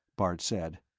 bart said.